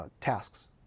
tasks